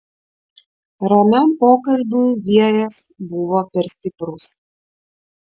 ramiam pokalbiui vėjas buvo per stiprus